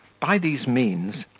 by these means,